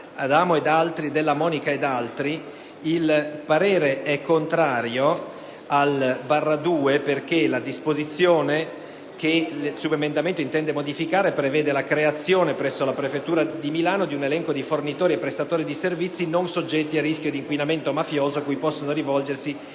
3.0.7 (testo 2 )/1, perché la disposizione che lo stesso intende modificare prevede la creazione presso la prefettura di Milano di un elenco di fornitori e prestatori di servizi non soggetti a rischio di inquinamento mafioso cui possano rivolgersi